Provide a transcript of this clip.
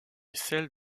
celle